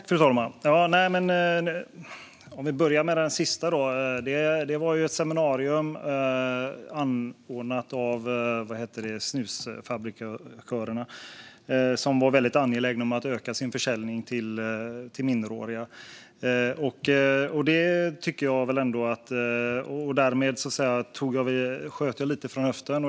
Fru talman! Jag börjar med den sista frågan. Det gäller ett seminarium anordnat av snusfabrikörerna, som var väldigt angelägna om att öka sin försäljning till minderåriga. Därför sköt jag lite från höften.